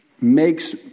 makes